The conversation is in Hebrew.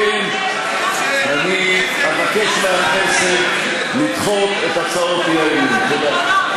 על כן אני אבקש מהכנסת לדחות את הצעות האי-אמון.